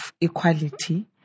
equality